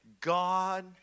God